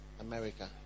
America